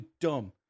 dumb